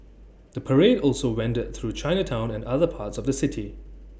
the parade also wended through Chinatown and other parts of the city